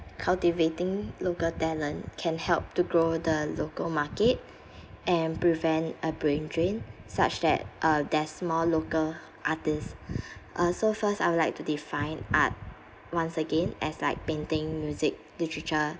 cultivating local talent can help to grow the local market and prevent a brain drain such that uh there's more local artists uh so first I would like to define art once again as like painting music literature